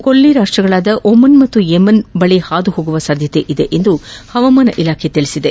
ಕೊಲ್ಲಿ ರಾಷ್ಷಗಳಾದ ಒಮನ್ ಮತ್ತು ಯಮೆನ್ ಬಳಿ ಹಾದುಹೋಗುವ ಸಾಧ್ಯತೆಯಿದೆ ಎಂದು ಹವಾಮಾನ ಇಲಾಖೆ ತಿಳಿಸಿದೆ